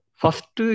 first